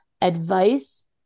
advice